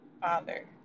father